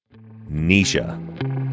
Nisha